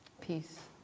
Peace